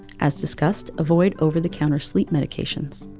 as discussed, avoid over the counter sleep medications.